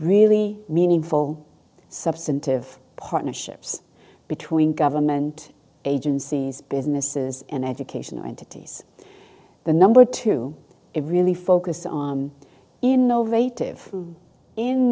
really meaningful substantive partnerships between government agencies businesses and educational entities the number two it really focus on in no